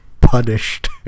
punished